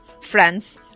friends